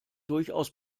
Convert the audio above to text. durchaus